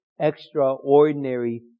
extraordinary